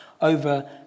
over